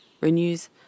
Renews